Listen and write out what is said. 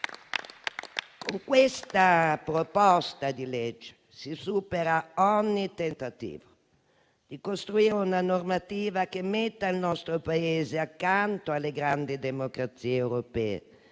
Con questa proposta di legge si supera ogni tentativo di costruire una normativa che metta il nostro Paese accanto alle grandi democrazie europee